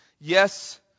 Yes